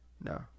No